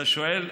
אתה שואל,